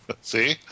See